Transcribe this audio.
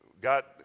Got